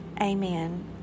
Amen